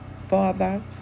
Father